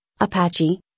Apache